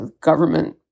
Government